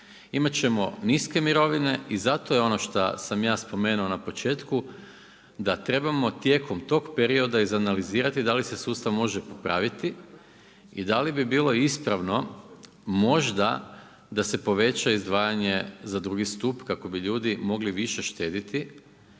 Imat ćemo niske mirovine i zato je ono šta sam ja spomenuo na početku, da trebamo tijekom tog perioda izanalizirati da li se sustav može popraviti i da li bi bilo ispravno možda da se poveća izdvajanje za drugi stup kako bi ljudi mogli više štedjeti,